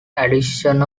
addition